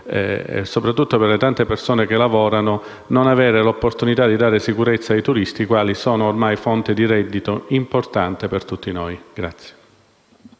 e soprattutto per le tante persone che lavorano nel settore, non avere l'opportunità di dare sicurezza ai turisti che sono ormai fonte di reddito importante per tutti noi.